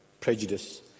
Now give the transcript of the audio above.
prejudice